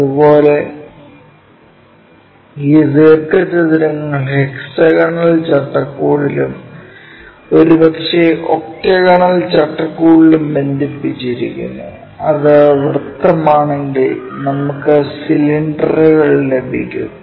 അതുപോലെ ഈ ദീർഘചതുരങ്ങൾ ഹെക്സഗണൾ ചട്ടക്കൂടിലും ഒരുപക്ഷേ ഒക്ട്ഗണൾ ചട്ടക്കൂടിലും ബന്ധിപ്പിച്ചിരിക്കുന്നു അത് വൃത്തമാണെങ്കിൽ നമുക്ക് സിലിണ്ടറുകൾ ലഭിക്കും